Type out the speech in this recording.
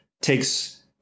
takes